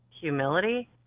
humility